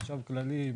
חשב כללי,